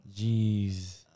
Jeez